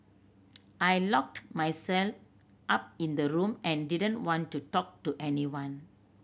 I locked myself up in the room and didn't want to talk to anyone